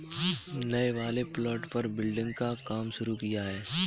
नए वाले प्लॉट पर बिल्डिंग का काम शुरू किया है